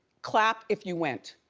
clap if you went.